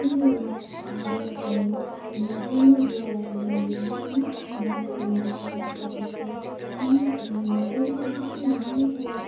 स्कुलहरूमा गएर पनि अनि फोनहरूद्वारा पनि हामीले धेरै पनि जानकारीहरू पाउन सक्दछौँ अनि जतिसक्दो त्यही उहाँहरूको